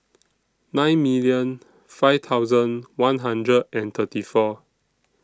nine million five thousand one hundred and thirty four